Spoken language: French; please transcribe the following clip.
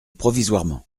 provisoirement